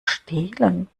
stehlen